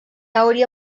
hauria